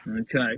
Okay